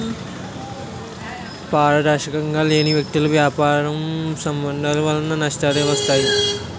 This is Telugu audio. పారదర్శకంగా లేని వ్యక్తులతో వ్యాపార సంబంధాల వలన నష్టాలే వస్తాయి